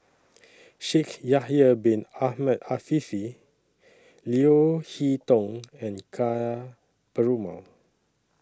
Shaikh Yahya Bin Ahmed Afifi Leo Hee Tong and Ka Perumal